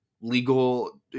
legal